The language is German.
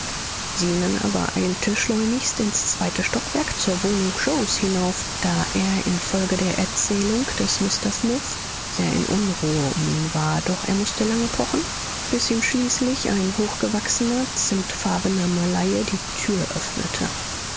zenon aber eilte schleunigst ins zweite stockwerk zur wohnung yoes hinauf da er infolge der erzählung der mr smith sehr in unruhe um ihn war doch er mußte lange pochen bis ihm schließlich ein hochgewachsener zimmtfarbener malaie die tür öffnete